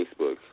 Facebook